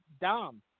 Dom